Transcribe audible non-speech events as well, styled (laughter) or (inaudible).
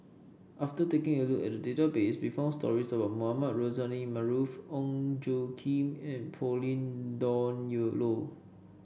after taking a look at the database we found stories about Mohamed Rozani Maarof Ong Tjoe Kim and Pauline Dawn (unintelligible) Loh